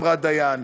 אמרה דיין,